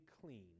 clean